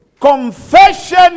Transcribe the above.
Confession